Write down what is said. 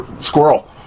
squirrel